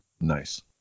Nice